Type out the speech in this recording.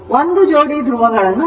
ಒಂದು ಜೋಡಿ ಧ್ರುವಗಳನ್ನು ನೋಡಿ